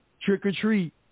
trick-or-treat